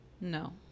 No